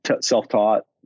self-taught